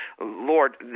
Lord